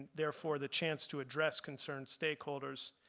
therefore, the chance to address concerned stakeholders,